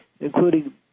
including